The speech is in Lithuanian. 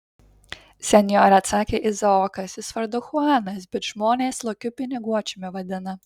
senjore atsakė izaokas jis vardu chuanas bet žmonės lokiu piniguočiumi vadina